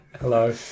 Hello